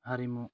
हारिमु